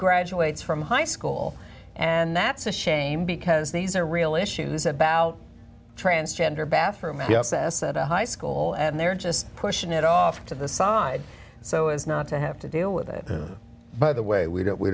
graduates from high school and that's a shame because these are real issues about transgender bathroom b s s at a high school and they're just pushing it off to the side so as not to have to deal with it by the way we